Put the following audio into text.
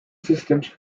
systems